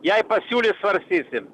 jei pasiūlys svarstysim